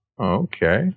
Okay